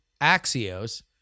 Axios